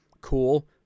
cool